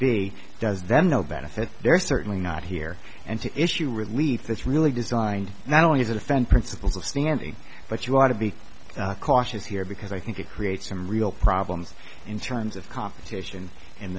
b does them no benefit they're certainly not here and to issue relief that's really designed not only does it offend principles of standing but you ought to be cautious here because i think it creates some real problems in terms of competition in